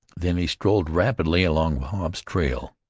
then he strode rapidly along wahb's trail.